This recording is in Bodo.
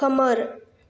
खोमोर